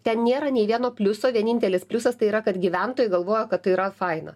ten nėra nei vieno pliuso vienintelis pliusas tai yra kad gyventojai galvoja kad tai yra faina